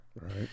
Right